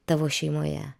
tavo šeimoje